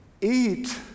Eat